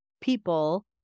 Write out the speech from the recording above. people